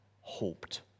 hoped